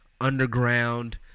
underground